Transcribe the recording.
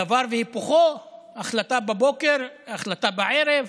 דבר והיפוכו, החלטה בבוקר, החלטה בערב,